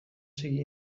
seguir